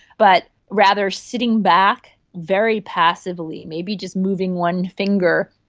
but rather sitting back very passively, maybe just moving one finger,